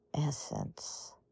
essence